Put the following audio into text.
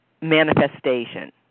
manifestation